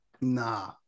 Nah